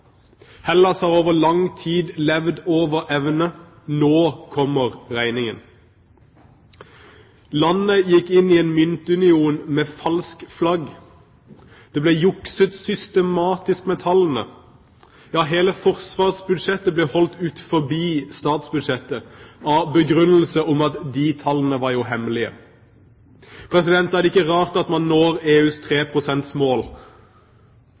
Hellas har over lang tid levd over evne. Nå kommer regningen. Landet gikk inn i en myntunion med falskt flagg. Det ble jukset systematisk med tallene – ja, hele forsvarsbudsjettet ble holdt utenfor statsbudsjettet med den begrunnelse at de tallene var hemmelige. Da er det ikke rart at man når EUs